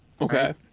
Okay